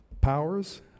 powers